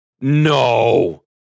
No